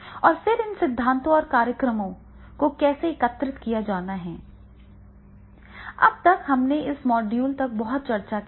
और फिर इन सिद्धांतों और कार्यक्रमों को कैसे एकीकृत किया जाना है अब तक हमने इस मॉड्यूल तक बहुत चर्चा की है